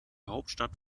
hauptstadt